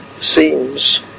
seems